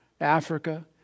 Africa